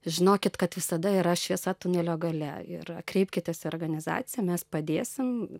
žinokit kad visada yra šviesa tunelio gale ir kreipkitės į organizaciją mes padėsim